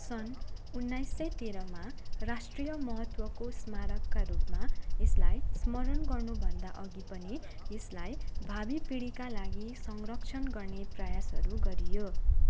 सन् उन्नाइस सय तेह्रमा राष्ट्रिय महत्त्वको स्मारकका रूपमा यसलाई स्मरण गर्नु भन्दा अघि पनि यसलाई भावी पिँढीका लागि संरक्षण गर्ने प्रयासहरू गरियो